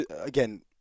again